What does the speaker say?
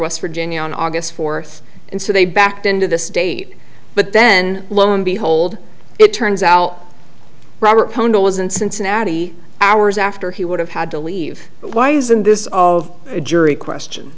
west virginia on august fourth and so they backed into this date but then lo and behold it turns out robert hunter was in cincinnati hours after he would have had to leave why isn't this of a jury question